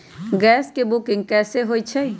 Gas के booking कैसे होईछई?